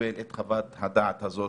לקבל את חוות הדעת הזאת